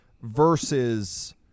versus